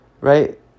right